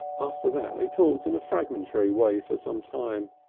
after that they talked in a fragmentary way for some time.